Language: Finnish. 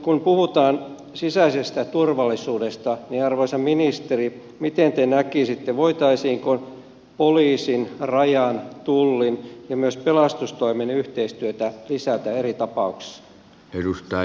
kun puhutaan sisäisestä turvallisuudesta niin arvoisa ministeri miten te näkisitte voitaisiinko poliisin rajan tullin ja myös pelastustoimen yhteistyötä lisätä eri tapauksissa